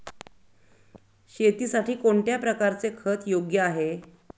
शेतीसाठी कोणत्या प्रकारचे खत योग्य आहे?